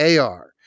AR